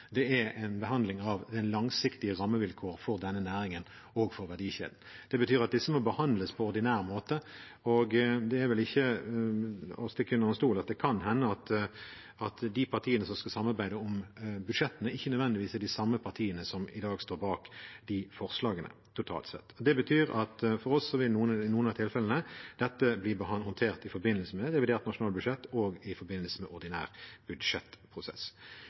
er ikke en krisepakke, men en behandling av langsiktige rammevilkår for denne næringen og for verdikjeden. Det betyr at disse må behandles på ordinær måte. Det er vel ikke til å stikke under stol at det kan hende at de partiene som skal samarbeide om budsjettene, ikke nødvendigvis er de samme partiene som i dag står bak de forslagene totalt sett. Det betyr at for oss vil dette i noen av tilfellene bli håndtert i forbindelse med revidert nasjonalbudsjett og i forbindelse med ordinær budsjettprosess.